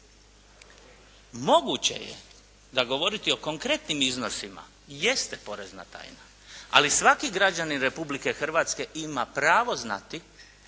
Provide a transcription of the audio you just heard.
Moguće je da govoriti o konkretnim iznosima jeste porezna tajna, ali svaki građanin Republike Hrvatske ima pravo znati